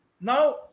Now